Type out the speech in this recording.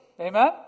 amen